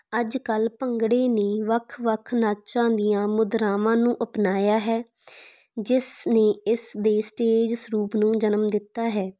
ਅੱਜ ਕੱਲ੍ਹ ਭੰਗੜੇ ਨੇ ਵੱਖ ਵੱਖ ਨਾਚਾਂ ਦੀਆਂ ਮੁਦਰਾਵਾਂ ਨੂੰ ਅਪਣਾਇਆ ਹੈ ਜਿਸ ਨੇ ਇਸ ਦੇ ਸਟੇਜ ਰੂਪ ਨੂੰ ਜਨਮ ਦਿੱਤਾ ਹੈ